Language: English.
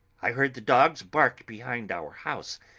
i heard the dogs bark behind our house,